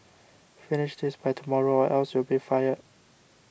finish this by tomorrow or else you'll be fired